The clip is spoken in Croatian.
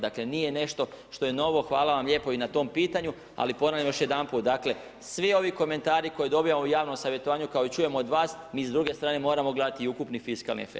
Dakle nije nešto što je novo, hvala vam lijepo i na tom pitanju, ali ponavljam još jedanput, dakle, svi ovi komentari koje dobivamo u javnom savjetovanju kao i čujemo od vas, mi s druge strane moramo gledati ukupni fiskalni efekt.